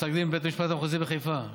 פסק הדין בבית המשפט המחוזי בחיפה,